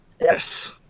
Yes